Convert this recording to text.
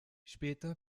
später